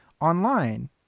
online